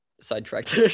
sidetracked